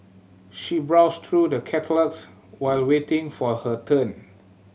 she browsed through the catalogues while waiting for her turn